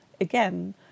again